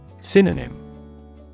Synonym